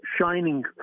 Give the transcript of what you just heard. shining